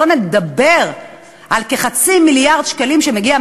שלא נדבר על כחצי מיליארד שקלים שמגיעים